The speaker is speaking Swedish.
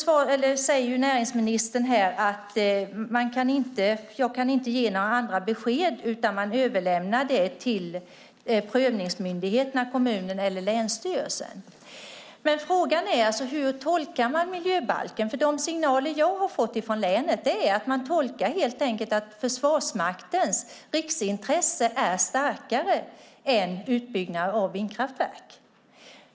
Näringsministern säger här att hon inte kan ge några andra besked utan att man överlämnar detta till prövningsmyndigheterna, till kommunen eller länsstyrelsen. Men frågan är hur man tolkar miljöbalken. De signaler jag fått från länet är att man helt enkelt gör tolkningen att Försvarsmaktens riksintresse är starkare än intresset för utbyggnaden av vindkraftverk.